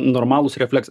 normalūs refleksai